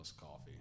coffee